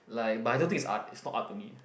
like but I don't think is art is not art to me